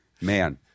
man